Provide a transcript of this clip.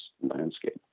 landscape